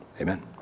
Amen